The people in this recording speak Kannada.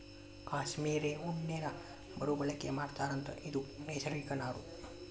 ಕಾಶ್ಮೇರ ಉಣ್ಣೇನ ಮರು ಬಳಕೆ ಮಾಡತಾರಂತ ಇದು ನೈಸರ್ಗಿಕ ನಾರು